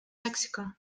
mexico